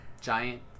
giant